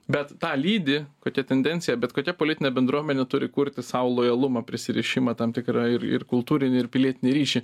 bet tą lydi kokia tendencija bet kokia politinė bendruomenė turi kurti sau lojalumą prisirišimą tam tikrą ir ir kultūrinį ir pilietinį ryšį